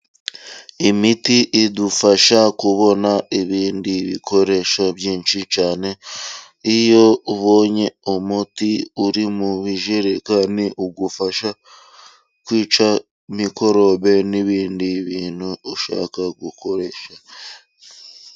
Imiti idufasha kubona ibindi bikoresho byinshi cyane, iyo ubonye umuti uri mu bijerekani, ugufasha kwica mikorobe n'ibindi bintu ushaka gukoresha.